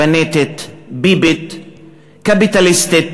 בנטית, ביבית, קפיטליסטית,